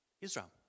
Israel